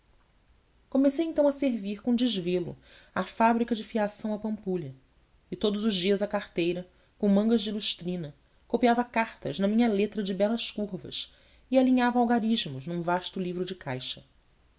comecei então a servir com desvelo a fábrica de fiação à pampulha e todos os dias à carteira com mangas de lustrina copiava cartas na minha letra de belas curvas e alinhava algarismos num vasto livro de caixa